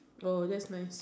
oh that's nice